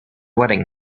wedding